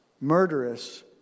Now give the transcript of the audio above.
murderous